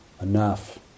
enough